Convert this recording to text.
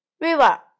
river